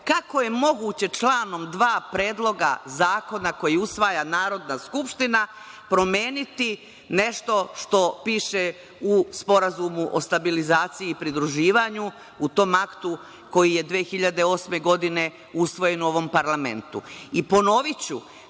Kako je moguće članom 2. Predloga zakona koji usvaja Narodna skupština promeniti nešto što piše u Sporazumu o stabilizaciji i pridruživanju u tom aktu koji je 2008. godine usvojen u ovom parlamentu?I ponoviću,